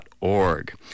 org